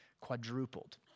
quadrupled